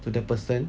to the person